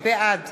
בעד